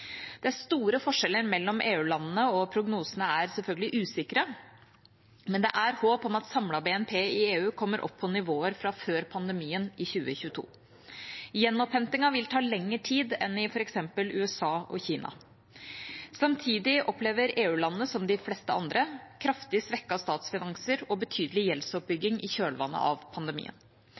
Det er store forskjeller mellom EU-landene, og prognosene er selvfølgelig usikre, men det er håp om at samlet BNP i EU kommer opp på nivåer fra før pandemien i 2022. Gjenopphentingen vi ta lenger tid enn i f.eks. USA og Kina. Samtidig opplever EU-landene – som de fleste andre – kraftig svekkede statsfinanser og betydelig gjeldsoppbygging i kjølevannet av pandemien.